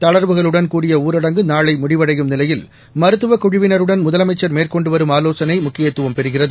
தளர்வுகளுடன் கூடிய ஊரடங்கு நாளை முடிவடையும் நிலையில் மருத்துவக் குழுவினருடன் முதலமைச்சர் மேற்கொண்டு வரும் ஆலோசனை முக்கியத்துவம் பெறுகிறது